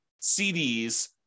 CDs